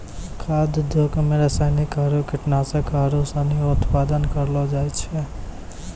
खाद्य उद्योग मे रासायनिक आरु कीटनाशक आरू सनी उत्पादन करलो जाय छै